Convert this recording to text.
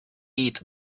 eat